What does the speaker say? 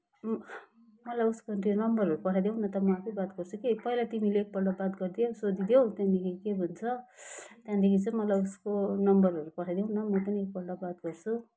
मलाई उसको त्यो नम्बरहरू पठाइदेऊ न त म आफै बात गर्छु कि पहिला तिमीले एकपल्ट बात गरिदेऊ सोधिदेऊ त्यहाँदेखि के भन्छ त्यहाँदेखि चाहिँ मलाई उसको नम्बरहरू पठाइदेऊ न म पनि एकपल्ट बात गर्छु